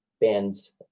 bands